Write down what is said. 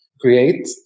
create